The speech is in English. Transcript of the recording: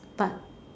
but